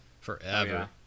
forever